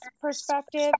perspective